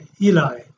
Eli